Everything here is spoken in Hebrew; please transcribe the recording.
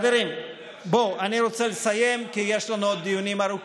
זה לא היה ביל גייטס, זה היה מארק